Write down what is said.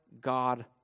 God